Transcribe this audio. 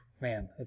man